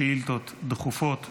שאילתות דחופות ורגילות.